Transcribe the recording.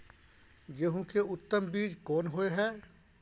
गेहूं के उत्तम बीज कोन होय है?